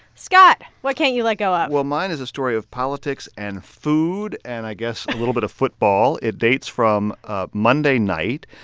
scott, what can't you let go of? well, mine is a story of politics and food and i guess a little bit of football. it dates from ah monday night,